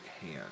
hand